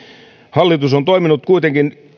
hallitus on toiminut kuitenkin